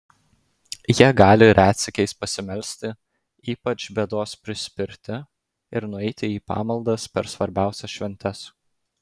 jie gali retsykiais pasimelsti ypač bėdos prispirti ir nueiti į pamaldas per svarbiausias šventes